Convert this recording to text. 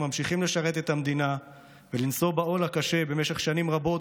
ממשיכים לשרת את המדינה ולשאת בעול הקשה במשך שנים רבות,